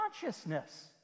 consciousness